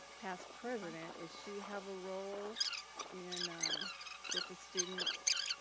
past president. is she have a role and with the students?